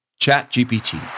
ChatGPT